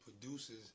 producers